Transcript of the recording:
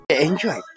Enjoy